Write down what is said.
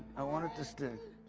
i want it to stick.